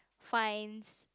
finds